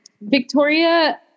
Victoria